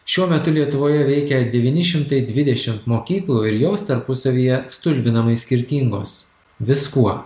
šiuo metu lietuvoje veikia devyni šimtai dvidešimt mokyklų ir jos tarpusavyje stulbinamai skirtingos viskuo